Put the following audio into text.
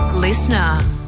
Listener